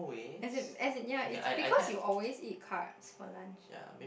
as in as in yeah is because you always eat carbs for lunch